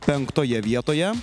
penktoje vietoje